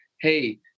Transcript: hey